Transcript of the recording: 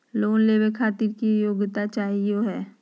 Loan लेवे खातीर की योग्यता चाहियो हे?